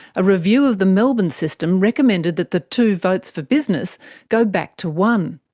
a review of the melbourne system recommended that the two votes for business go back to one.